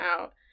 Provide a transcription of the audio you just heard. out